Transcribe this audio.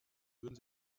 würden